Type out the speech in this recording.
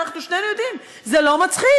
אבל אנחנו שנינו יודעים: זה לא מצחיק.